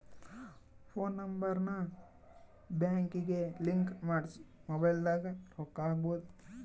phone number ನ ಬ್ಯಾಂಕಿಗೆ link ಮಾಡ್ಸಿ ಮೊಬೈಲದಾಗ ರೊಕ್ಕ ಹಕ್ಬೊದು